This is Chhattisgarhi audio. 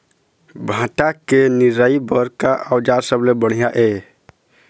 भांटा के निराई बर का औजार सबले बढ़िया ये?